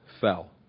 fell